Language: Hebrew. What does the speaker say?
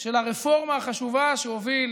של הרפורמה החשובה שהוביל